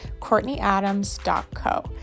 CourtneyAdams.co